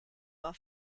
while